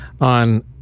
on